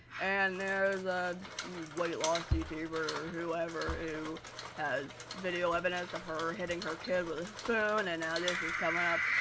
and there's a weight loss youtuber, whoever, who has video evidence of her hitting her kid with a spoon, and now this is coming up,